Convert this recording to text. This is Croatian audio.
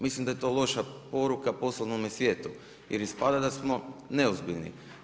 Mislim da je to loša poruka poslovnome svijetu, jer ispada da smo neozbiljni.